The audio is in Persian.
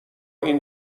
این